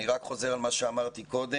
אני רק חוזר על מה שאמרתי קודם.